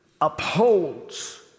upholds